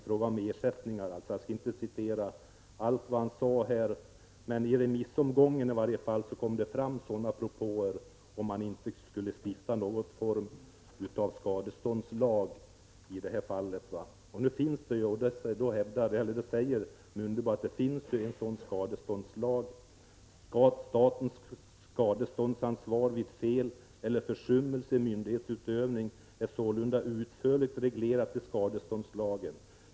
Jag skall inte citera allt vad han sade om ersättningar, men i remissomgången kom det fram propåer om att man kanske skulle stifta någon form av skadeståndslag i sammanhanget. Då sade budgetminister Mundebo att det redan finns en sådan skadeståndslag. ”Statens skadeståndsansvar vid fel eller försummelse i myndighetsutövning är sålunda utförligt reglerat i skadeståndslagen.